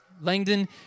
Langdon